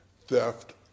theft